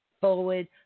forward